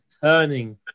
turning